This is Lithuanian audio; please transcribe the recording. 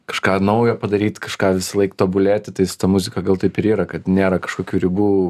kažką naujo padaryt kažką visąlaik tobulėti tai su ta muzika gal taip ir yra kad nėra kažkokių ribų